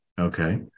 okay